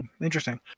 Interesting